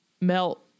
melt